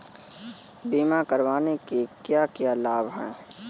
बीमा करवाने के क्या क्या लाभ हैं?